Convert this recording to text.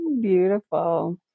Beautiful